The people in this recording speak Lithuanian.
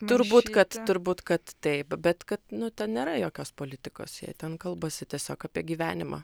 turbūt kad turbūt kad taip bet kad nu ten nėra jokios politikos jie ten kalbasi tiesiog apie gyvenimą